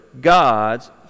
God's